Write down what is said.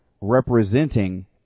representing